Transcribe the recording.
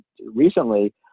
recently